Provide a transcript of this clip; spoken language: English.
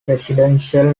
residential